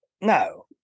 No